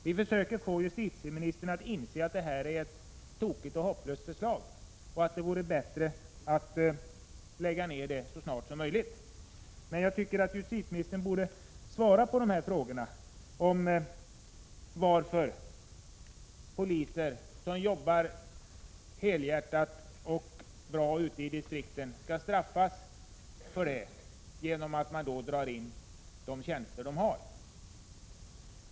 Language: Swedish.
Vi försöker få justitieministern att inse att det här är ett tokigt och hopplöst förslag och att det vore bättre att kassera det så snart som möjligt. Jag tycker att justitieministern borde svara på frågan, varför poliser som jobbar helhjärtat och bra ute i distrikten skall straffas för det genom att man drar in de tjänster de har.